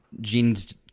genes